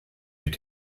mit